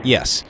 Yes